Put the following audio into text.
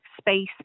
space